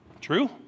True